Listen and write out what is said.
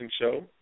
Show